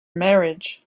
marriage